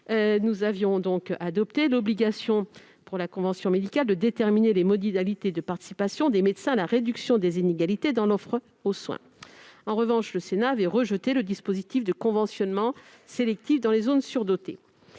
sur ce sujet -, l'obligation pour la convention médicale de déterminer les modalités de participation des médecins à la réduction des inégalités dans l'offre de soins. En revanche, le Sénat avait rejeté un dispositif de conventionnement sélectif dans les zones surdotées.